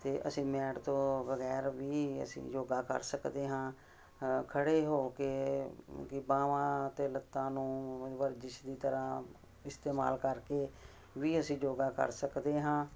ਅਤੇ ਅਸੀਂ ਮੈਟ ਤੋਂ ਬਗੈਰ ਵੀ ਅਸੀਂ ਯੋਗਾ ਕਰ ਸਕਦੇ ਹਾਂ ਖੜ੍ਹੇ ਹੋ ਕੇ ਮਤਲਬ ਕਿ ਬਾਹਾਂ 'ਤੇ ਲੱਤਾਂ ਨੂੰ ਵਰਜਿਸ਼ ਦੀ ਤਰ੍ਹਾਂ ਇਸਤੇਮਾਲ ਕਰਕੇ ਵੀ ਅਸੀਂ ਯੋਗਾ ਕਰ ਸਕਦੇ ਹਾਂ